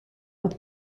with